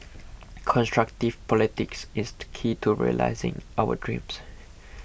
constructive politics is the key to realising our dreams